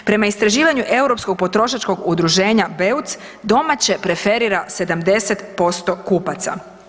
Pri istraživanju europskog potrošačkog udruženja BEUC domaće preferira 70% kupaca.